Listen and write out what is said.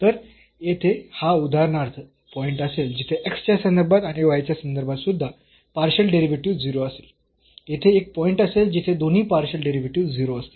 तर येथे हा उदाहरणार्थ पॉईंट असेल जिथे x च्या संदर्भात आणि y च्या संदर्भात सुद्धा पार्शियल डेरिव्हेटिव्ह 0 असेल येथे एक पॉईंट असेल जिथे दोन्ही पार्शियल डेरिव्हेटिव्ह 0 असतील